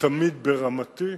תמיד ברמתי,